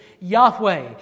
Yahweh